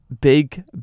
big